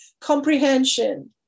comprehension